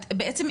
בעצם,